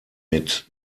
mit